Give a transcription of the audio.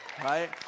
right